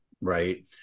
right